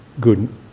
good